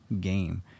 game